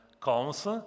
comes